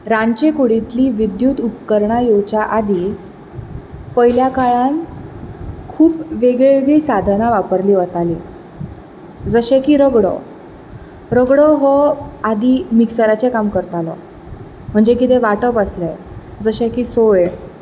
रांदचे कुडींतलीं विद्युत उपकरणां येवच्या आदीं पयल्या काळांत खूब वेगळीं वेगळीं साधना वापरलीं वतालीं जशें की रगडो रगडो हो आदीं मिक्सराचें काम करतालो म्हणजे कितें वांटप आसलें जशें की सोय